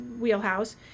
wheelhouse